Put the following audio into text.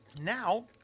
Now